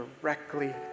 directly